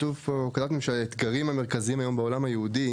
כתוב פה: קלטנו שהאתגרים המרכזיים היום בעולם היהודי